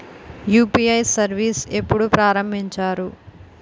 UPI service ఎప్పుడు ప్రారంభించారు?